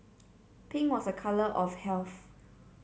pink was a colour of health